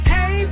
Hey